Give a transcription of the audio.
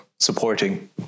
Supporting